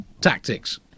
tactics